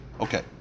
okay